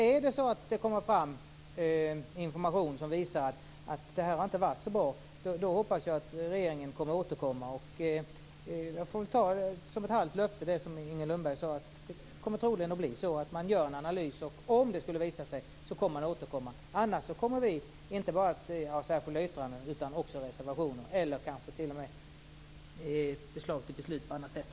Om det kommer fram information som visar att systemet inte har varit så bra hoppas jag att regeringen återkommer. Jag får ta det som Inger Lundberg sade om att det troligen kommer att göras en analys som ett halvt löfte. Om det skulle visa sig att det behövs återkommer man. Om man inte gör det kommer vi inte att nöja oss med särskilda yttranden utan också avge reservationer. Det kan kanske t.o.m. komma förslag till beslut på andra sätt.